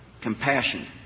compassion